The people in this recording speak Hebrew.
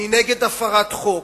אני נגד הפרת חוק.